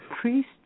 priest